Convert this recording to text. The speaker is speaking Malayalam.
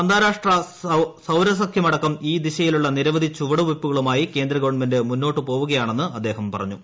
അന്താരാഷ്ട്ര സൌര സഖ്യമട്ട് ക്ട്ട് ഈ ദിശയിലുള്ള നിരവധി ചുവടുവെപ്പുകളുമായി കേന്ദ്രു ഗവൺമെന്റ് മുന്നോട്ടു പോകുകയാണെന്ന് അദ്ദേഹം പറഞ്ഞു